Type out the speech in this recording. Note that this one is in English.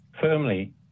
firmly